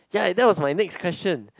ya that was my next question